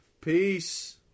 Peace